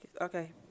okay